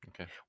Okay